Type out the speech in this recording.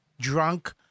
drunk